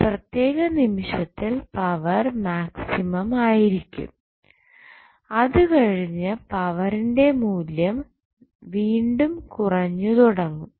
ഒരു പ്രത്യേക നിമിഷത്തിൽ പവർ മാക്സിമം ആയിരിക്കും അതുകഴിഞ്ഞ് പവറിന്റെ മൂല്യം വീണ്ടും കുറഞ്ഞു തുടങ്ങും